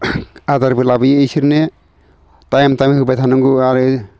आदारबो लाबोयो इसोरनो टाइम टाइम होबाय थानांगौ आरो